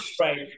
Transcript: Right